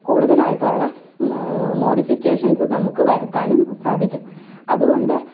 കൂടുതലായിട്ടുള്ള മോഡിഫിക്കേഷൻസ് നമുക്ക് വരുത്താനും സാധിക്കും അതുകൊണ്ട്